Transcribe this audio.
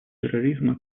терроризма